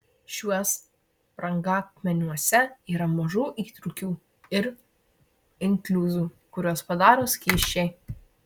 šiuos brangakmeniuose yra mažų įtrūkių ir inkliuzų kuriuos padaro skysčiai